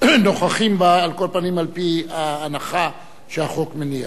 נוכחים בה, על כל פנים על-פי ההנחה שהחוק מניח.